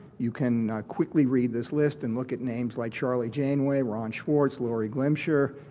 you can quickly read this list and look at names like charlie janway, ron schwartz, lori glemsure,